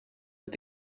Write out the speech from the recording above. met